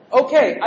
okay